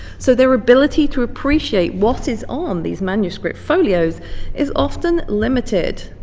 so their ability to appreciate what is on these manuscript folios is often limited